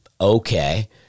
okay